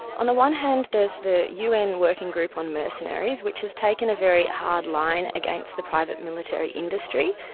on the one hand there's the un working group on mercenaries, which has taken a very hard line against the private military industry,